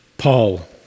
Paul